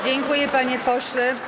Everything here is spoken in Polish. Dziękuję, panie pośle.